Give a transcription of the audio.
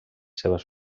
seves